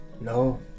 no